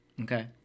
Okay